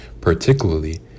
particularly